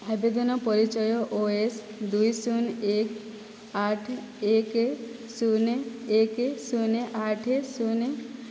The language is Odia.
ଆବେଦନ ପରିଚୟ ଓ ଏସ୍ ଦୁଇ ଶୂନ ଏକ ଆଠ ଏକ ଶୂନ ଏକ ଶୂନ ଆଠ ଶୂନ